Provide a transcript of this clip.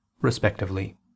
respectively